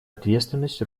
ответственность